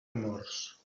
amors